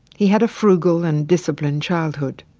he had a frugal and disciplined childhood.